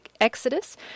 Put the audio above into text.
Exodus